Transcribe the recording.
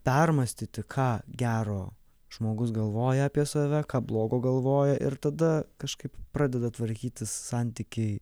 permąstyti ką gero žmogus galvoja apie save ką blogo galvoja ir tada kažkaip pradeda tvarkytis santykiai